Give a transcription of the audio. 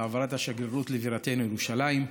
העברת השגרירות לבירתנו ירושלים,